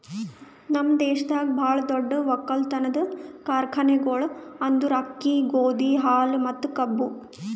ನಮ್ ದೇಶದಾಗ್ ಭಾಳ ದೊಡ್ಡ ಒಕ್ಕಲತನದ್ ಕಾರ್ಖಾನೆಗೊಳ್ ಅಂದುರ್ ಅಕ್ಕಿ, ಗೋದಿ, ಹಾಲು ಮತ್ತ ಕಬ್ಬು